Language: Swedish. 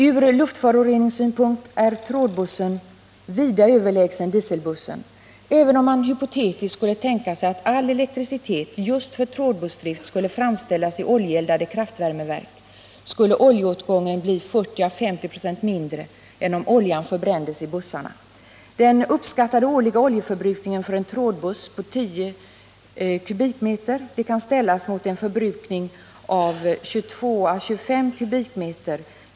Från luftföroreningssynpunkt är trådbussen vida överlägsen dieselbussen. Även om man hypotetiskt skulle tänka sig att all elektricitet just för trådbussdrift skulle framställas i oljeeldade kraftvärmeverk skulle oljeåtgången bli 40 å 50 96 mindre än om oljan förbrändes i bussarna. Den uppskattade årliga oljeförbrukningen på 10 m? för en trådbuss kan ställas mot en förbrukning av 22 å 25 m?